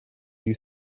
you